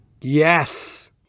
Yes